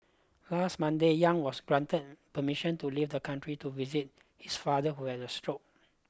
last Monday Yang was granted permission to leave the country to visit his father who had a stroke